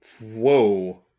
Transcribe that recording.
Whoa